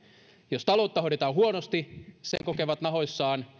jos taloutta hoidetaan huonosti sen kokevat nahoissaan